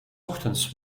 ochtends